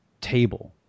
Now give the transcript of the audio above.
table